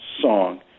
song